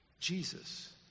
Jesus